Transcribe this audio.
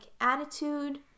attitude